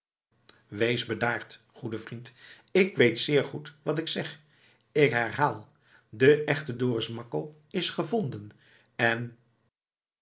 wees bedaard goede vrind ik weet zeer goed wat ik zeg ik herhaal de echte dorus makko is gevonden en